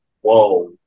Whoa